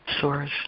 source